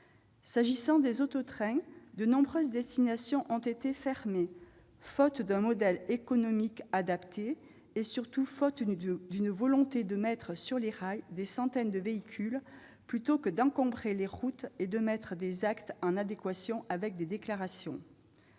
S'agissant des auto-trains, de nombreuses destinations ont été fermées faute d'un modèle économique adapté et, surtout, faute d'une volonté de mettre sur les rails des centaines de véhicules plutôt que d'encombrer les routes et de mettre des actes en adéquation avec des déclarations.